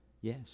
yes